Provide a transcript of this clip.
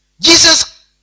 Jesus